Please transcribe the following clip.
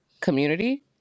community